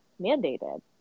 mandated